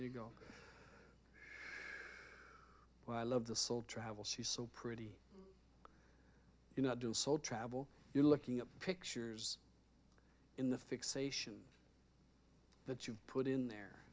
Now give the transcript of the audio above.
you go well i love the soul travel she's so pretty you know do soul travel you're looking at pictures in the fixation that you put in there